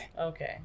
okay